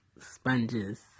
sponges